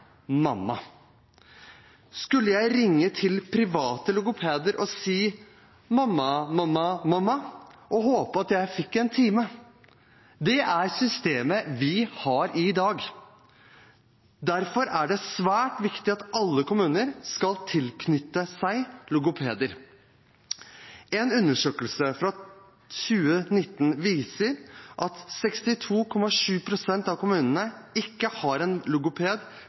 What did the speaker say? mamma. Skulle jeg ringe til private logopeder og si «mamma, mamma, mamma» og håpe at jeg fikk en time? Det er systemet vi har i dag. Derfor er det svært viktig at alle kommuner skal tilknytte seg logopeder. En undersøkelse fra 2019 viser at 62,7 pst. av kommunene ikke har en logoped